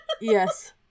Yes